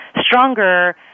stronger